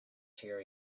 here